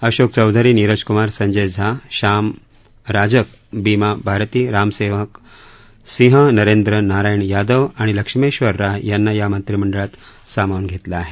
अशोक चौधरी नीरज कुमार संजय झा श्याम राजक बिमा भारती रामसेवक सिंह नरेंद्र नारायण यादव आणि लक्ष्मेश्वर राय यांना या मंत्रिमंडळात सामावून घेतलं आहे